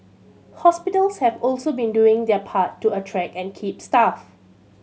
hospitals have also been doing their part to attract and keep staff